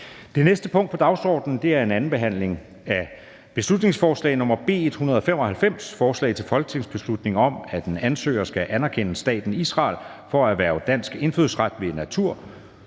Det næste punkt på dagsordenen er: 71) 2. (sidste) behandling af beslutningsforslag nr. B 195: Forslag til folketingsbeslutning om, at en ansøger skal anerkende staten Israel for at erhverve dansk indfødsret ved